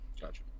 Gotcha